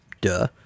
duh